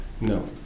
no